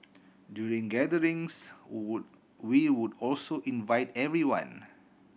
during gatherings we would also invite everyone